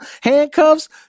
handcuffs